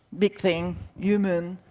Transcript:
big thing, human,